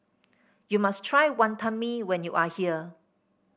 you must try Wantan Mee when you are here